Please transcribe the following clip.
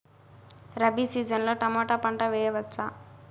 Rabi season లో tomato పంట వేయవచ్చా?